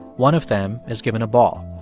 one of them is given a ball.